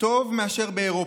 טוב מאשר באירופה.